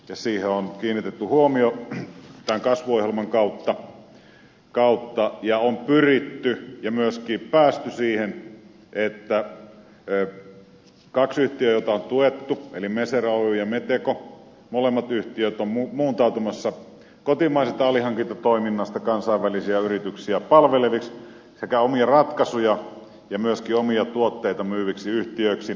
siihen on kiinnitetty huomio tämän kasvuohjelman kautta ja on pyritty ja myöskin päästy siihen että ne kaksi yhtiötä joita on tuettu eli mesera oy ja meteco molemmat yhtiöt ovat muuntautumassa kotimaisesta alihankintatoiminnasta kansainvälisiä yrityksiä palveleviksi sekä omia ratkaisuja ja myöskin omia tuotteita myyviksi yhtiöiksi